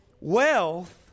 Wealth